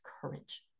courage